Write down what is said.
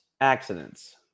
accidents